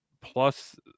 plus